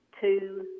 two